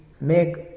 make